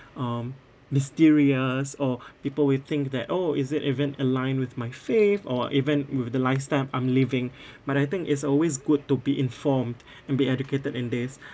um mysterious or people will think that oh is it even aligned with my faith or even with the lifestyle I'm living but I think it's always good to be informed and be educated in this